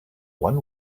one